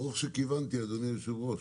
ברוך שכיוונתי, אדוני היושב-ראש.